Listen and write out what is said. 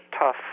tough